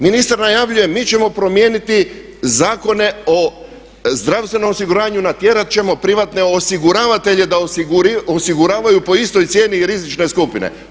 Ministar najavljuje mi ćemo promijeniti Zakon o zdravstvenom osiguranju, natjerat ćemo privatne osiguravatelje da osiguravaju po istoj cijeni i rizične skupine.